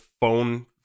phone